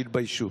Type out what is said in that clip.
תתביישו.